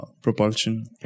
propulsion